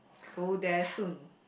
go there soon